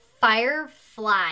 firefly